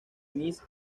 miss